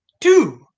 two